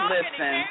Listen